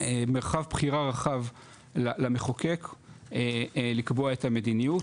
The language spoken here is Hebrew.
יש מרחב בחירה רחב למחוקק לקבוע את המדיניות.